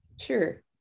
Sure